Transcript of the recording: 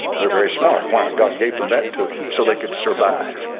they're very smart why god gave them that too so they could survive